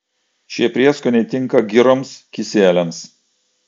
šie prieskoniai tinka giroms kisieliams